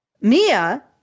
Mia